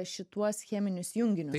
šituos cheminius junginius